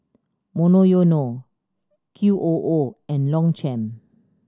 Monoyono Q O O and Longchamp